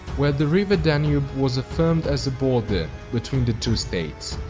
where the river danube was affirmed as the border between the two states.